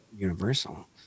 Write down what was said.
universal